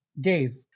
Dave